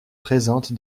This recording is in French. présente